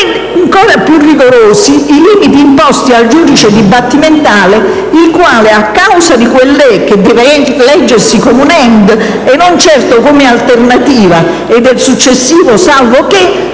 ancora più rigorosi i limiti imposti al giudice dibattimentale il quale - a causa dell'"e" da leggersi come "*and*" e non certo come alternativa e del successivo "salvo che"